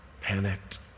panicked